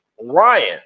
Ryan